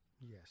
yes